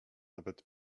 nawet